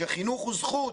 שחינוך הוא זכות